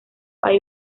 hay